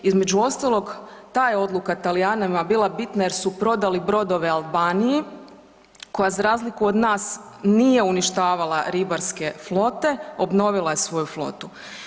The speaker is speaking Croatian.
Između ostalog ta je odluka Talijanima bila bitna jer su prodali brodove Albaniji koja za razliku od nas nije uništavala ribarske flote, obnovila je svoju flotu.